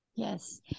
Yes